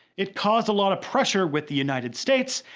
it caused a lot of pressure with the united states,